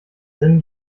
sinn